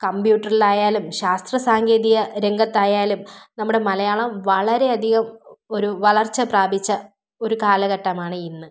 കമ്പ്യൂട്ടറിൽ ആയാലും ശാസ്ത്രസാങ്കേതിക രംഗത്തായാലും നമ്മുടെ മലയാളം വളരെയധികം ഒരു വളർച്ച പ്രാപിച്ച ഒരു കാലഘട്ടമാണ് ഇന്ന്